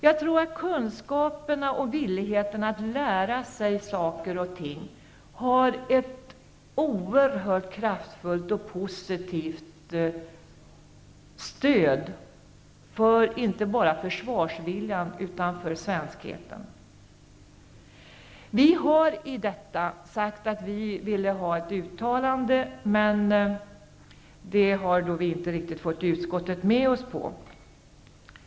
Jag tror att kunskaperna och villigheten att lära sig saker och ting har ett oerhört kraftfullt och positivt stöd inte bara för försvarsviljan utan även för svenskheten. Vi socialdemokrater har sagt att vi vill ha ett uttalande, men det har vi inte fått stöd för det i utskottet.